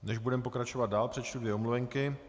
Než budeme pokračovat dál, přečtu dvě omluvenky.